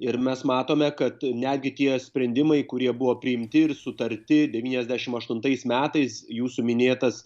ir mes matome kad netgi tie sprendimai kurie buvo priimti ir sutarti devyniasdešimt aštuntais metais jūsų minėtas